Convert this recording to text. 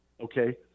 okay